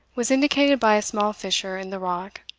was indicated by a small fissure in the rock,